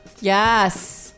Yes